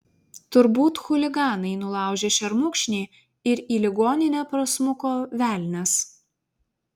turbūt chuliganai nulaužė šermukšnį ir į ligoninę prasmuko velnias